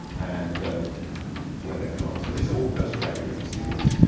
and where they've gone. so these are all postgraduate students.